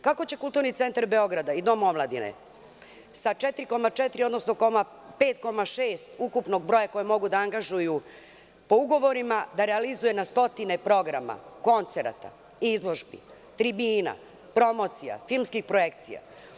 Kako će Kulturni centar Beograda i Dom Omladine sa 4,4%, odnosno 5,6% ukupnog broja koje mogu da angažuju po ugovorima da realizuju na stotine programa, koncerata, izložbi, tribina, promocija, filmskih projekcija.